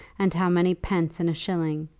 and how many pence in a shilling.